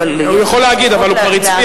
הוא יכול להגיד, אבל הוא כבר הצביע.